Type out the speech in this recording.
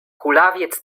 kulawiec